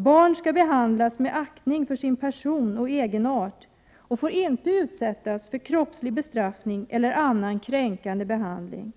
Barn skall behandlas med aktning för sin person och egenart och får inte utsättas för kroppslig bestraffning eller annan kränkande behandling.”